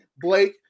Blake